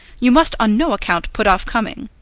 you must on no account put off coming.